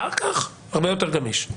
אחר כך הרבה יותר גמיש.